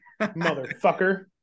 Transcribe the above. Motherfucker